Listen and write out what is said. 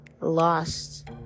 lost